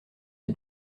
des